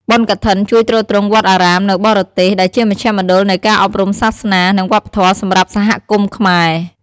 បុណ្យកឋិនជួយទ្រទ្រង់វត្តអារាមនៅបរទេស ដែលជាមជ្ឈមណ្ឌលនៃការអប់រំសាសនា និងវប្បធម៌សម្រាប់សហគមន៍ខ្មែរ។